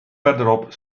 verderop